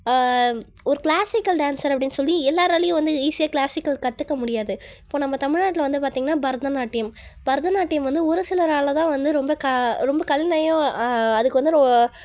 ஒரு classical dancer அப்படினு சொல்லி எல்லாராலேயும் வந்து ஈஸியாக கிளாசிக்கல் கற்றுக்க முடியாது இப்போ நம்ம தமிழ்நாட்டில் வந்து பார்த்திங்கன்னா பரதநாட்டியம் பரதநாட்டியம் வந்து ஒரு சிலரால் தான் வந்து ரொம்ப க ரொம்ப கலைநயம் அதுக்கு வந்து